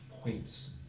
points